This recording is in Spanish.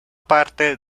parte